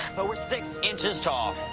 but we're six inches tall.